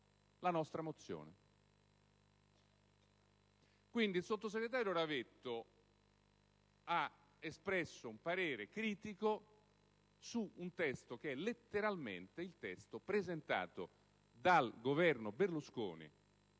la nostra mozione. Quindi, la sottosegretario Ravetto ha espresso un parere critico su un testo che è letteralmente quello presentato dal Governo Berlusconi